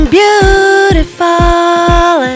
beautiful